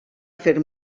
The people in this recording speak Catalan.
fer